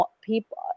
people